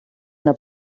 una